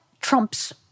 Trump's